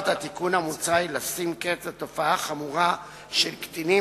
התיקון המוצע היא לשים קץ לתופעה החמורה של קטינים